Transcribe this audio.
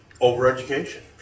Over-education